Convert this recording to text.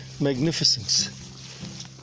magnificence